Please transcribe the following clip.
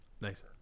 Nice